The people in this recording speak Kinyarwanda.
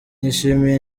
nishimiye